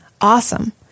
Awesome